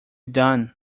done